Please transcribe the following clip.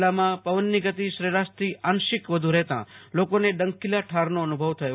જિલ્લામાં પવનની ગતિ સરેરાશથી આંશિક વધુ રહેતા લોકોને ડંખીલા ઠારનો અનુભવ થયો હતો